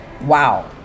Wow